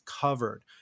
covered